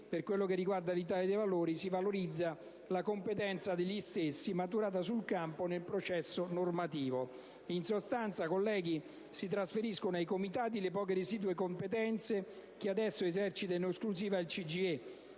per quello che riguarda l'Italia dei Valori, si valorizza la competenza degli stessi maturata sul campo nel processo normativo. In sostanza, si trasferiscono ai Comitati le poche residue competenze che adesso esercita in esclusiva il CGIE